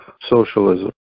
socialism